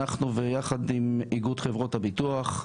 אנחנו יחד עם איגוד חברות הביטוח,